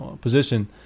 position